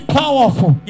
powerful